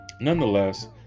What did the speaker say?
nonetheless